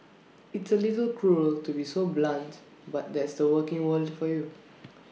it's A little cruel to be so blunt but that's the working world for you